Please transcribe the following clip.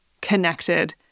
connected